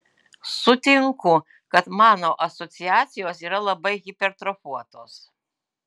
sutinku kad mano asociacijos yra labai hipertrofuotos